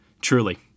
Truly